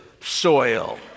soil